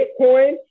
Bitcoin